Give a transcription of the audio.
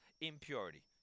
impurity